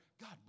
God